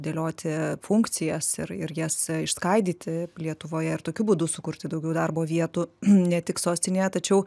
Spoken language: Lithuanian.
dėlioti funkcijas ir ir jas išskaidyti lietuvoje ir tokiu būdu sukurti daugiau darbo vietų ne tik sostinėje tačiau